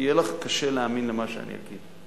יהיה לך קשה להאמין למה שאני אגיד,